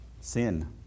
Sin